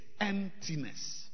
emptiness